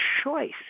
choice